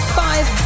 five